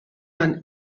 man